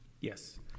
Yes